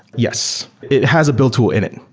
yes. it has a build tool in it.